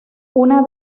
una